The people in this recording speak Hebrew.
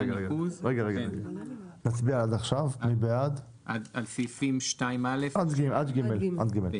מי בעד סעיפים 2א ו-2ב?